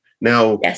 Now